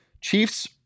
Chiefs